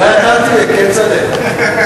אולי אתה תהיה, כצל'ה.